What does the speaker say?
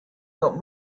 out